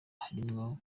harimwo